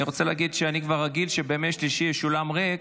אני רוצה להגיד שאני כבר רגיל שבימי שלישי יש אולם ריק,